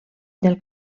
del